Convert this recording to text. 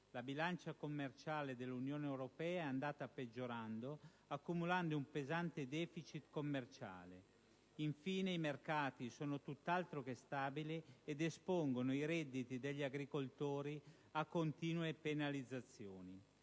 la bilancia commerciale dell'Unione europea è andata peggiorando accumulando un pesante *deficit* commerciale; infine, i mercati sono tutt'altro che stabili ed espongono i redditi degli agricoltori a continue penalizzazioni;